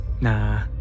Nah